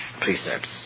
precepts